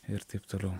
ir taip toliau